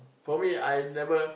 for me I never